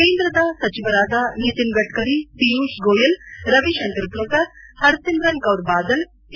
ಕೇಂದ್ರದ ಸಚಿವರಾದ ನಿತಿನ್ ಗಡ್ಡರಿ ಪಿಯೂಶ್ ಗೋಯೆಲ್ ರವಿಶಂಕರ್ ಪ್ರಸಾದ್ ಪರಸಿಮ್ನ್ ಕೌರ್ ಬಾದಲ್ ಕೆ